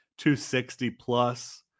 260-plus